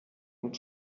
und